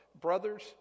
brothers